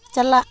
ᱪᱟᱞᱟᱜ